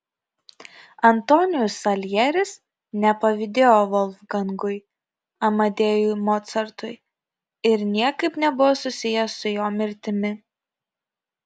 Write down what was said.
antonijus saljeris nepavydėjo volfgangui amadėjui mocartui ir niekaip nebuvo susijęs su jo mirtimi